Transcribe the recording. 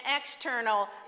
external